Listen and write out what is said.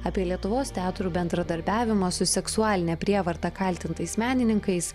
apie lietuvos teatrų bendradarbiavimą su seksualine prievarta kaltintais menininkais